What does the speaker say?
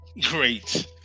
great